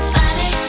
body